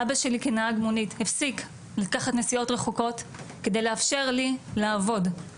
אבא שלי כנהג מונית הפסיק לקחת נסיעות רחוקות כדי לאפשר לי לעבוד,